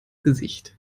gesicht